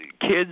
kids